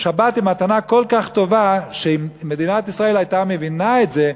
שבת היא מתנה כל כך טובה שאם מדינת ישראל הייתה מבינה את זה,